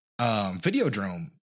Videodrome